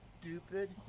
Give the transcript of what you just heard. stupid